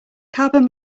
carbon